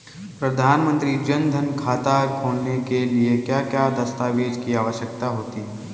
प्रधानमंत्री जन धन खाता खोलने के लिए क्या क्या दस्तावेज़ की आवश्यकता होती है?